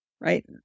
right